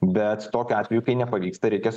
bet tokiu atveju kai nepavyksta reikia